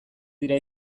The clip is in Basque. dira